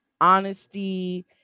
honesty